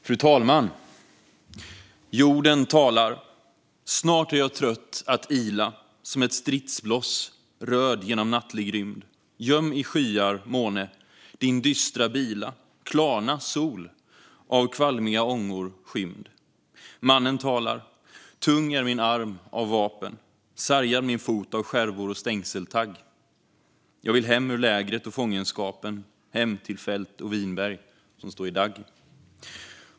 Fru talman! Jorden talar: Snart är jag trött att ilasom ett stridsbloss röd genom nattlig rymd. Göm i skyar, måne, din dystra bila, klarna, sol, av kvalmiga ångor skymd. Mannen talar: Tung är min arm av vapen, sargad min fot av skärvor och stängseltagg. Jag vill hem ur lägret och fångenskapen, hem till fält och vinberg som stå i dagg.